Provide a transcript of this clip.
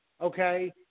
Okay